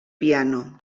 piano